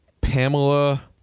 Pamela